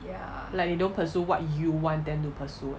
like you don't pursue what you want them to pursue